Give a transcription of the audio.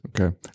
Okay